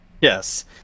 Yes